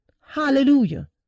Hallelujah